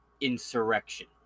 insurrection